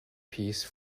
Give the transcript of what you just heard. piece